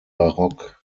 barock